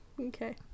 okay